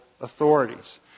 authorities